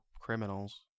criminals